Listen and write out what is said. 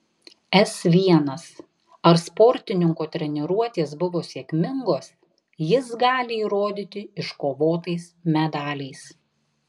s l ar sportininko treniruotės buvo sėkmingos jis gali įrodyti iškovotais medaliais